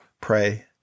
pray